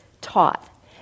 taught